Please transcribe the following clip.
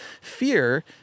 Fear